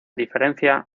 diferencia